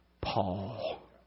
Paul